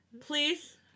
please